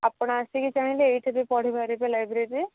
ଆପଣ ଆସିକି ଚାହିଁଲେ ଏଇଠି ବି ପଢ଼ିପାରିବେ ଲାଇବ୍ରେରୀରେ